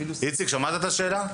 איציק שמעת את השאלה?